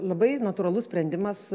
labai natūralus sprendimas